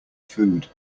food